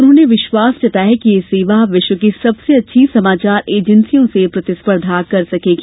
उन्होंने विश्वास जताया कि यह सेवा विश्व की सबसे अच्छी समाचार एजेन्सियों से प्रतिस्पर्धा कर सकेगी